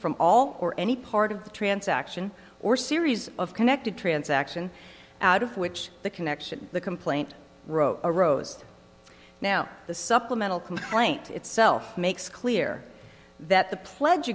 from all or any part of the transaction or series of connected transaction out of which the connection the complaint wrote arose now the supplemental complaint itself makes clear that the pledge